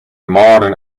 modern